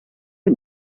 het